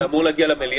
היום זה יגיע למליאה?